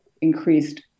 increased